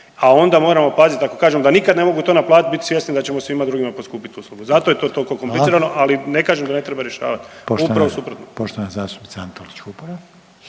A ona moramo pazit, ako kažemo da nikad to ne mogu naplatiti bit će svjesni da ćemo svima drugima poskupiti uslugu. Zato je to toliko komplicirano …/Upadica: Hvala./… ali ne kažem da ne treba rješavati, upravo suprotno.